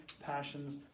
passions